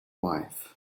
wife